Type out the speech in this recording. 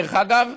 דרך אגב,